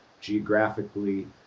geographically